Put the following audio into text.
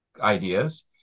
ideas